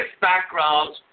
background